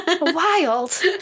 Wild